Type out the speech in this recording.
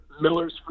Miller's